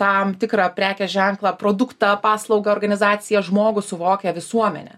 tam tikrą prekės ženklą produktą paslaugą organizaciją žmogų suvokia visuomenė